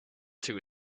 too